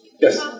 yes